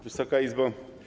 Wysoka Izbo!